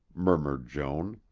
murmured joan,